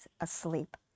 asleep